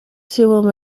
serum